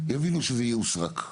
יבינו שזה איום סרק.